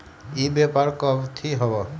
ई व्यापार कथी हव?